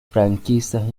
franquistas